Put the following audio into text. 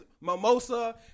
Mimosa